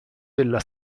della